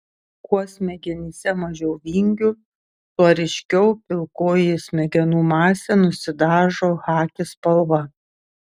kuo smegenyse mažiau vingių tuo ryškiau pilkoji smegenų masė nusidažo chaki spalva